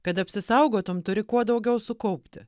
kad apsisaugotum turi kuo daugiau sukaupti